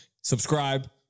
subscribe